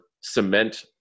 cement